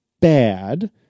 bad